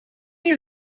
you